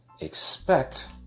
expect